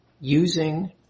using